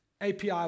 API